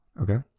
Okay